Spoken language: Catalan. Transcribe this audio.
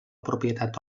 propietat